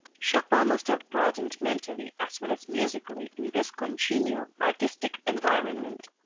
chopin must have broadened mentally as well as musically in this congenial, artistic environment.